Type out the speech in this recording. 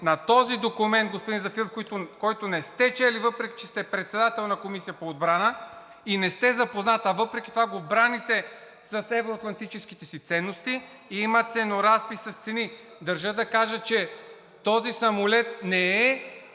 на този документ, господин Зафиров, който не сте чели, въпреки че сте председател на Комисията по отбрана, и не сте запознат, а въпреки това го браните с евро-атлантическите си ценности. Има ценоразпис, цени – държа да кажа, че този самолет не е